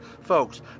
folks